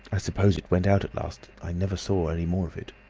i suppose it went out at last. i never saw any more of it.